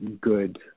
good